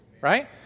right